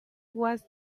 was